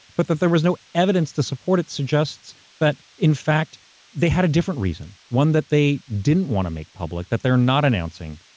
but that there was no evidence to support it, suggests that but in fact they had a different reason. one that they didn't want to make public, that they're not announcing.